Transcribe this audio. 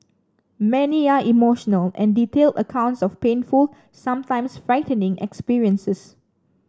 many are emotional and detailed accounts of painful sometimes frightening experiences